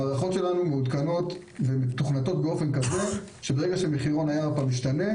המערכות שלנו מעודכנות ומתוכנתות באופן כזה שברגע שמחירון הירפא משתנה,